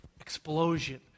Explosion